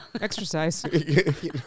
Exercise